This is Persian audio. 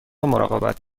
مراقبت